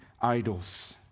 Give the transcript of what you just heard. idols